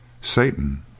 Satan